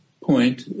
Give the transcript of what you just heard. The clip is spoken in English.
point